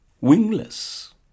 wingless